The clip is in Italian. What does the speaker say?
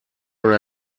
una